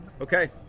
Okay